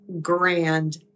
grand